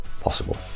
possible